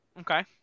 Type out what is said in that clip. Okay